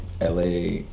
LA